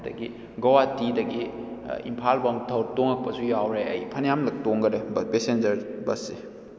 ꯑꯗꯨꯗꯒꯤ ꯒꯧꯍꯥꯇꯤꯗꯒꯤ ꯏꯝꯐꯥꯜ ꯐꯥꯎ ꯇꯣꯡꯉꯛꯄꯁꯨ ꯌꯥꯎꯔꯦ ꯑꯩ ꯐꯅꯌꯥꯝꯂꯛ ꯇꯣꯡꯒꯔꯦ ꯄꯦꯁꯦꯟꯖꯔ ꯕꯁꯁꯦ